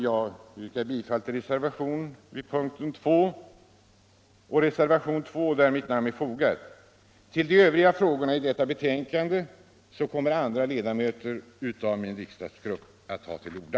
Jag yrkar bifall till reservationen 2. Om de övriga frågorna i detta betänkande kommer andra ledamöter i min riksdagsgrupp att ta till orda.